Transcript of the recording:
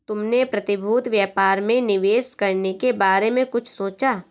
तुमने प्रतिभूति व्यापार में निवेश करने के बारे में कुछ सोचा?